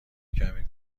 کمی